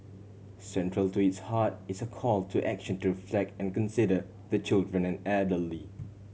central to its heart is a call to action to reflect and consider the children and elderly